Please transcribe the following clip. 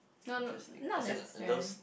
interesting as in lo~